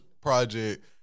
project